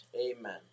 Amen